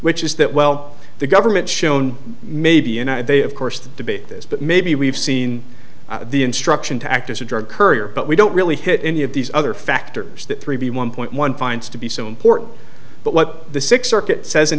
which is that well the government shown maybe they of course the debate this but maybe we've seen the instruction to act as a drug courier but we don't really hit any of these other factors that three point one finds to be so important but what the six circuit says an